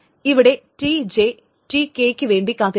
ഇവിടെ Tj Tkക്കുവേണ്ടി കാത്തിരിക്കുന്നു